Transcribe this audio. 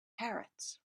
parrots